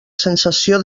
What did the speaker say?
sensació